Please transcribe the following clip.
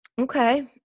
Okay